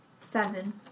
Seven